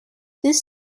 this